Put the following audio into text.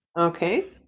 okay